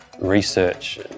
research